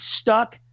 stuck